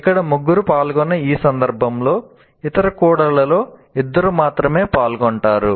ఇక్కడ ముగ్గురు పాల్గొన్న ఈ సందర్భంలో ఇతర కూడళ్లలో ఇద్దరు మాత్రమే పాల్గొంటారు